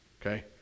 okay